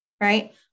right